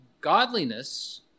godliness